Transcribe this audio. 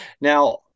Now